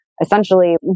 essentially